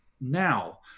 now